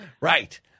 Right